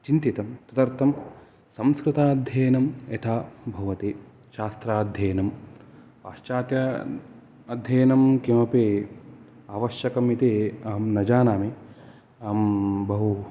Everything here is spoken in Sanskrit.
चिन्तितं तदर्थं संस्कृताध्ययनं यथा भवति शास्त्राध्ययनं पाश्चात्य अध्ययनं किमपि आवश्यकमिति अहं न जानामि अहं बहु